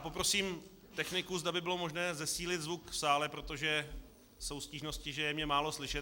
Poprosím techniku, zda by bylo možné zesílit zvuk v sále, protože jsou stížnosti, že je mě málo slyšet.